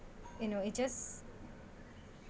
you know it just